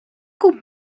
could